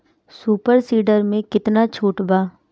Super seeder मै कितना छुट बा?